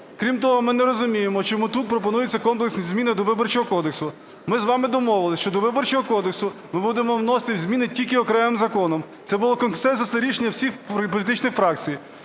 Крім того, ми не розуміємо, чому тут пропонуються комплексні зміни до Виборчого кодексу. Ми з вами домовились, що до Виборчого кодексу ми будемо вносити зміни тільки окремим законом. Це було консенсусне рішення всіх політичних фракцій.